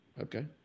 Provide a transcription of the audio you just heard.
Okay